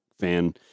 fan